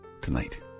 tonight